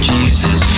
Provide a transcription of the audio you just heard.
Jesus